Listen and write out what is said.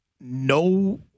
no